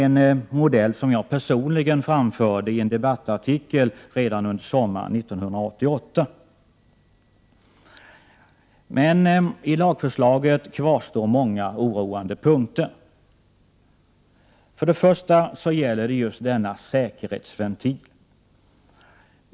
en modell som jag personligen framförde i en debattartikel redan under sommaren 1988. Men i lagförslaget kvarstår många oroande punkter. Det gäller just denna säkerhetsventil.